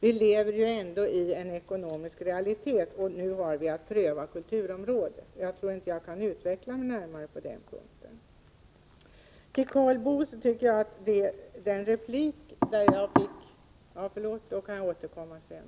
Vi lever ändå under ekonomiska realiteter, och nu har vi att pröva kulturområdet. Jag tror inte att jag kan utveckla saken närmare på den punkten. Till Karl Boo ber jag att få återkomma i nästa replik.